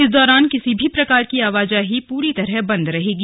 इस दौरान किसी भी प्रकार की आवाजाही प्ररी तरह बंद रहेगी